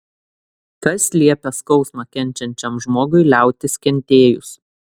kas liepia skausmą kenčiančiam žmogui liautis kentėjus